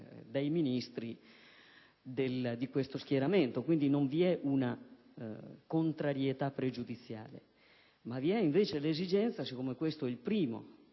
dai Ministri di quello schieramento: quindi, non vi è una contrarietà pregiudiziale. Vi è però l'esigenza, siccome questo è il primo